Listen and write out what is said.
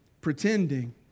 pretending